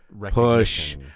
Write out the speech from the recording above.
push